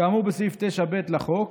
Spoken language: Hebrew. כאמור בסעיף 9(ב) לחוק,